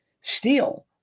steel